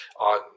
on